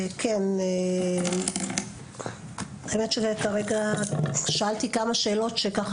כן האמת שזה כרגע שאלתי כמה שאלות שככה